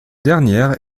dernière